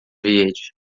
verde